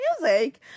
music